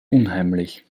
unheimlich